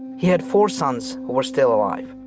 he had four sons who were still alive,